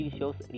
shows